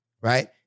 right